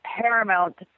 paramount